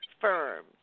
firms